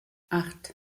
acht